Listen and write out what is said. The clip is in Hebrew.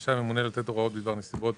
רשאי הממנה לתת הוראות בדבר נסיבות